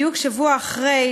בדיוק שבוע אחרי,